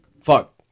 fuck